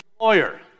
Lawyer